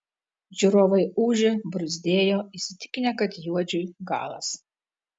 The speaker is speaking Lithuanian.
žiūrovai ūžė bruzdėjo įsitikinę kad juodžiui galas